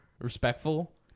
respectful